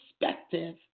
perspective